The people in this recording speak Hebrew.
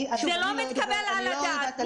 זה לא מתקבל על הדעת.